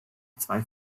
zwei